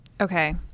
Okay